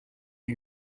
est